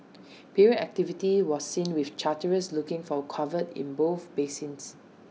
period activity was seen with charterers looking for cover in both basins